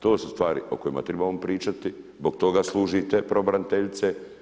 To su stvari o kojima trebamo pričati, zbog toga služite pravobraniteljice.